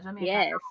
Yes